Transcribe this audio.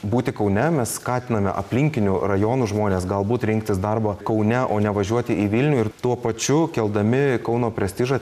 būti kaune mes skatiname aplinkinių rajonų žmones galbūt rinktis darbą kaune o ne važiuoti į vilnių ir tuo pačiu keldami kauno prestižą